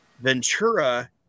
Ventura